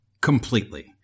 completely